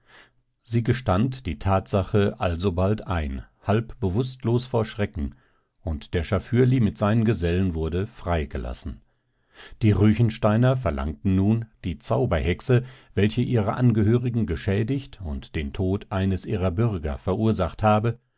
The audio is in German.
sie gestand die tatsache alsobald ein halb bewußtlos vor schrecken und der schafürli mit seinen gesellen wurde freigelassen die ruechensteiner verlangten nun die zauberhexe welche ihre angehörigen geschädigt und den tod eines ihrer bürger verursacht habe